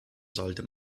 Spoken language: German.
sollte